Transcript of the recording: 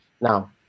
Now